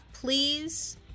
Please